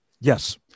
Yes